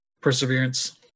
perseverance